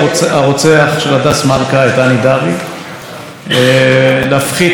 להפחית ממאסרו ולשחרר אותו,